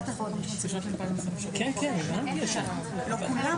לא כולן